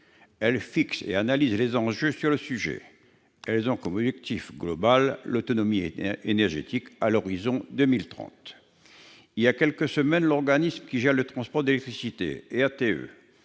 Elles fixent et analysent les enjeux sur le sujet. Elles ont comme objectif global l'autonomie énergétique à l'horizon de 2030. Il y a quelques semaines, l'organisme qui gère le transport d'électricité, RTE,